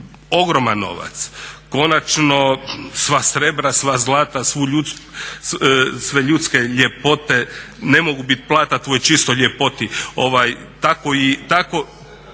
Ogroman novac. Konačno sva srebra, sva zlata, sve ljudske ljepote ne mogu bit plata tvojoj čistoj ljepoti.